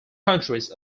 countries